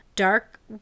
dark